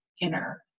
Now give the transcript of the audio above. inner